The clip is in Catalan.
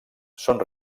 són